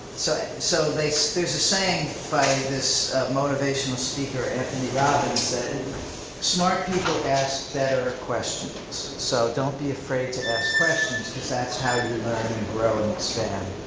so so so there's a saying by this motivational speaker, anthony robbins, that smart people ask better questions. so don't be afraid to ask questions, cause that's how you learn and grow and expand.